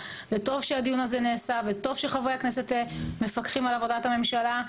וטוב שהדיון הזה נעשה וטוב שחברי הכנסת מפקחים על עבודת הממשלה.